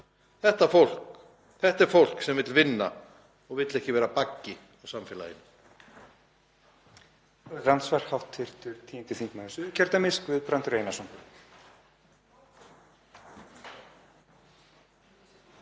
Þetta er fólk sem vill vinna og vill ekki vera baggi á samfélaginu.